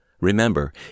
Remember